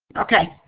okay.